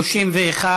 (שינוי פרטי ההודעה על סגירת תיק לעניין עילת הסגירה),